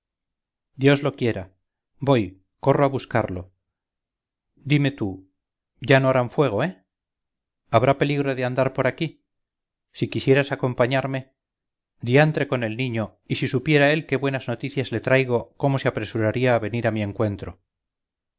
dios lo quiera voy corro a buscarlo dime tú ya no harán fuego eh habrá peligro en andar por aquí si quisieras acompañarme diantre con el niño y si supiera él qué buenas noticias le traigo cómo se apresuraría a venir a mi encuentro